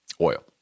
Oil